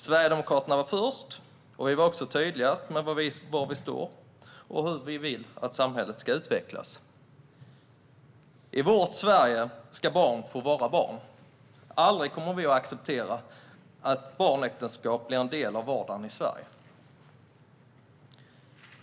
Sverigedemokraterna var först, och vi var också tydligast med vad vi står för och hur vi vill att samhället ska utvecklas. I vårt Sverige ska barn få vara barn. Aldrig kommer vi acceptera att barnäktenskap blir en del av vardagen i Sverige.